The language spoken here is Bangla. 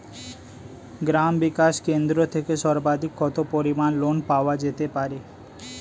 গ্রাম বিকাশ কেন্দ্র থেকে সর্বাধিক কত পরিমান লোন পাওয়া যেতে পারে?